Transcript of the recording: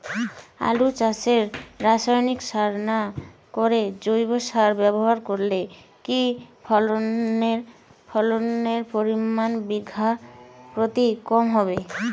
আলু চাষে রাসায়নিক সার না করে জৈব সার ব্যবহার করলে কি ফলনের পরিমান বিঘা প্রতি কম হবে?